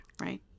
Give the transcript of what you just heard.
right